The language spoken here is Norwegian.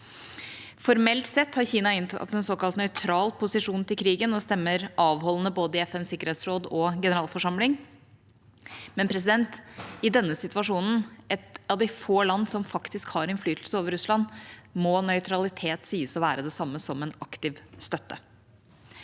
Formelt sett har Kina inntatt en såkalt nøytral posisjon til krigen og stemmer avholdende i både FNs sikkerhetsråd og FNs generalforsamling. Men i denne situasjonen, og som et av de få land som faktisk har innflytelse over Russland, må nøytralitet sies å være det samme som en aktiv støtte.